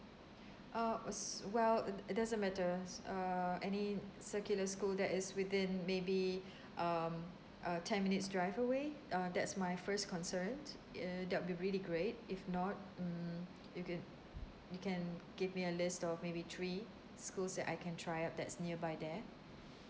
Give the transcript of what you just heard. ah s~ well it do~ it doesn't matter s~ err any circular school that is within maybe um uh ten minutes' drive away uh that's my first concern err that'll be really great if not mm if co~ you can give me a list of maybe three schools that I can try out that's nearby there